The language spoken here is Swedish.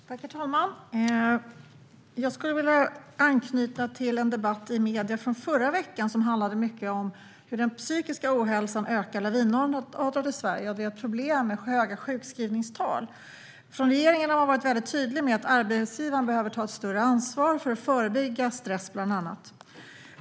Herr talman! Jag skulle vilja anknyta till en debatt i medierna i förra veckan som handlade mycket om hur den psykiska ohälsan ökar lavinartat i Sverige och om att vi har problem med höga sjukskrivningstal. Regeringen har varit tydlig med att arbetsgivaren behöver ta ett större ansvar för att förebygga bland annat stress.